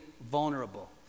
vulnerable